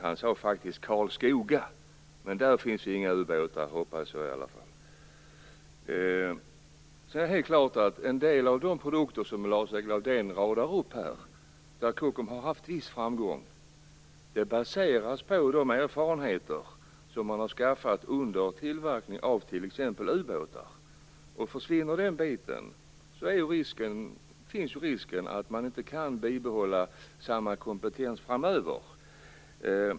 Han sade faktiskt Karlskoga. Men där finns inga ubåtar, hoppas jag i alla fall. En del av de produkter som Lars-Erik Lövdén radar upp här - och med vilka Kockums har haft viss framgång - baseras på de erfarenheter man har skaffat under tillverkningen av t.ex. ubåtar. Försvinner den biten finns risken att Kockums inte kan behålla samma kompetens framöver.